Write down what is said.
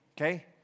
Okay